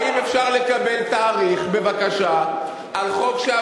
האם אפשר לקבל בבקשה תאריך